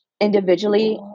individually